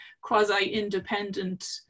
quasi-independent